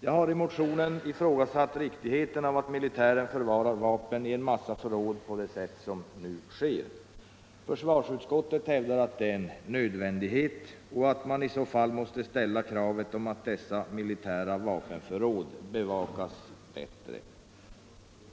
Jag har i vår motion ifrågasatt riktigheten av att militären förvarar vapen i en mängd förråd på det sätt som nu sker. Försvarsutskottet hävdar att det är nödvändigt, och i så fall måste man ställa kravet att dessa militära vapenförråd bevakas bättre.